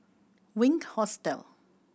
Wink Hostel